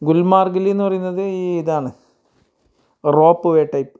ഗുൽമാർഗിൽ എന്ന് പറയുന്നത് ഈ ഇതാണ് റോപ്പ് കെട്ട്